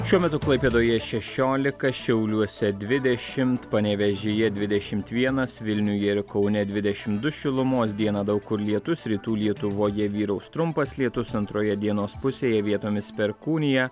šiuo metu klaipėdoje šešiolika šiauliuose dvidešimt panevėžyje dvidešimt vienas vilniuje ir kaune dvidešim du šilumos dieną daug kur lietus rytų lietuvoje vyraus trumpas lietus antroje dienos pusėje vietomis perkūnija